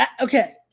okay